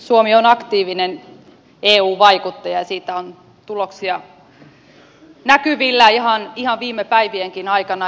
suomi on aktiivinen eu vaikuttaja ja siitä on tuloksia näkyvillä ihan viime päivienkin ajalta